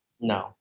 no